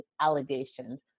allegations